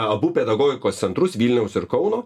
abu pedagogikos centrus vilniaus ir kauno